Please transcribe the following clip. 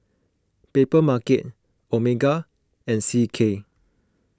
Papermarket Omega and C K